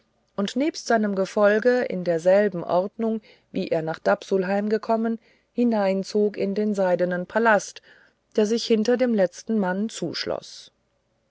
und nebst seinem gefolge in derselben ordnung wie er nach dapsulheim gekommen hineinzog in den seidenen palast der sich hinter dem letzten mann